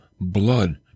blood